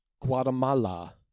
Guatemala